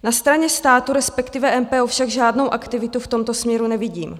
Na straně státu, respektive MPO, však žádnou aktivitu v tomto směru nevidím.